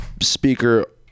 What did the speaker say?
speaker